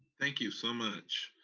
thank you so much.